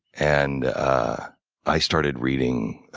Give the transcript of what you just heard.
and i started reading